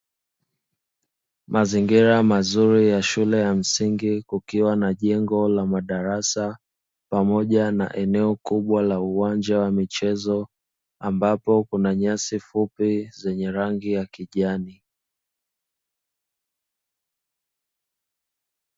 Mazingira mazuri ya shule ya msingi kukiwa na jengo la madarasa pamoja na eneo kubwa la uwanja wa michezo ambapo kuna nyasi fupi zenye rangi ya kijani.